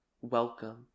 welcome